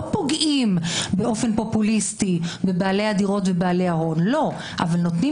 פוגעים באופן פופוליסטי בבעלי הדירות ובבעלי ההון אבל נותנים